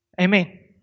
Amen